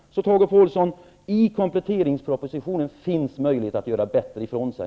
Så, Tage Påhlsson, i kompletteringspropositionen finns möjlighet att göra bättre ifrån sig.